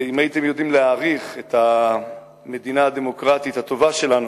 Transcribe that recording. אם הייתם יודעים להעריך את המדינה הדמוקרטית הטובה שלנו,